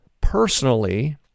personally